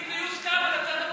אם זה יוסכם על הצד הפלסטיני.